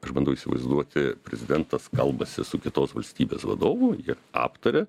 aš bandau įsivaizduoti prezidentas kalbasi su kitos valstybės vadovu ir aptaria